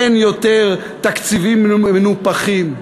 אין יותר תקציבים מנופחים.